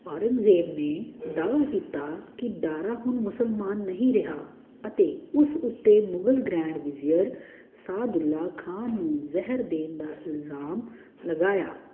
ਔਰੰਗਜ਼ੇਬ ਨੇ ਦਾਅਵਾ ਕੀਤਾ ਕਿ ਦਾਰਾ ਹੁਣ ਮੁਸਲਮਾਨ ਨਹੀਂ ਰਿਹਾ ਅਤੇ ਉਸ ਉੱਤੇ ਮੁਗਲ ਗ੍ਰੈਂਡ ਵਿਜ਼ਿਅਰ ਸਾਦੁੱਲਾ ਖਾਨ ਨੂੰ ਜ਼ਹਿਰ ਦੇਣ ਦਾ ਇਲਜ਼ਾਮ ਲਗਾਇਆ